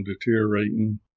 deteriorating